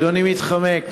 אדוני מתחמק.